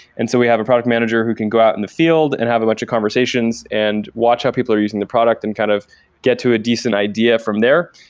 and so we have a product manager who can go out in the field and have a bunch of conversations and watch how people are using the product and kind of get to a decent idea from there.